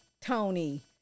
Tony